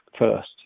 first